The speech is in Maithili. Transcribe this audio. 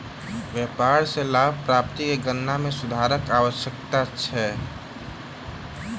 व्यापार सॅ लाभ प्राप्ति के गणना में सुधारक आवश्यकता छल